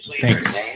Thanks